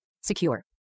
Secure